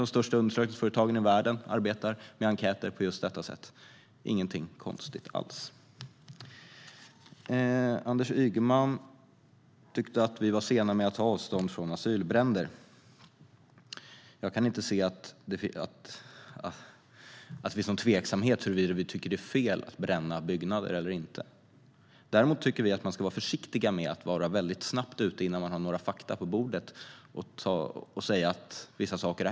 De största undersökningsföretagen i världen jobbar med enkäter på just detta sätt. Det är inget konstigt alls. Anders Ygeman tyckte att vi var sena med att ta avstånd från asylbränder. Jag kan inte se att det råder någon tvekan om huruvida vi tycker att det är fel att bränna byggnader. Vi tycker dock att man ska vara försiktig med att gå ut för snabbt och säga att saker har hänt innan man har fakta på bordet.